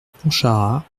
pontcharrat